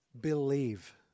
believe